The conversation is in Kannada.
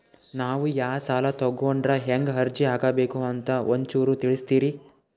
ನಾವು ಯಾ ಸಾಲ ತೊಗೊಂಡ್ರ ಹೆಂಗ ಅರ್ಜಿ ಹಾಕಬೇಕು ಅಂತ ಒಂಚೂರು ತಿಳಿಸ್ತೀರಿ?